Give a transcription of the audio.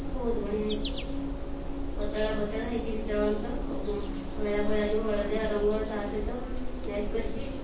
ବହୁତ ବଢ଼ିଆଁ ହୋଇଛି ପତଳା ପତଳା ହୋଇକି ଭିତର ଅଂଶ ଆଉ ପଇଳା ପଇଳା ଯେଉଁ ହଳଦିଆ ରଙ୍ଗର ତା ସହିତ ମ୍ୟାଚ୍ କରିକି